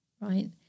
right